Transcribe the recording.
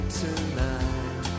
tonight